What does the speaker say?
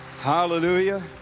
hallelujah